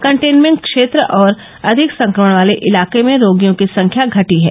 containment क्षेत्रों और अधिक संक्रमण वाले इलाके में रोगियों की संख्या घटी है